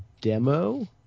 demo